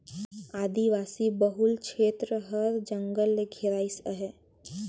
आदिवासी बहुल छेत्र हर जंगल ले घेराइस अहे